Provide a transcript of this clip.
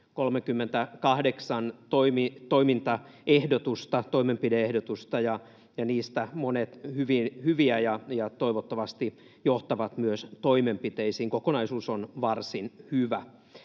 38 toimenpide-ehdotusta, joista monet hyvin hyviä ja toivottavasti johtavat myös toimenpiteisiin. Kokonaisuus on varsin hyvä.